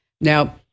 Now